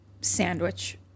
sandwich